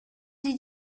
sie